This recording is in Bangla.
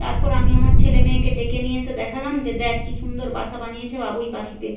তারপর আমি আমার ছেলে মেয়েকে ডেকে নিয়ে এসে দেখালাম যে দেখ কী সুন্দর বাসা বানিয়েছে বাবুই পাখিতে